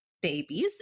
babies